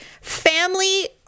family